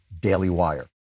DAILYWIRE